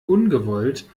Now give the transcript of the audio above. ungewollt